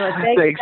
Thanks